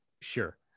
Sure